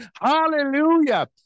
hallelujah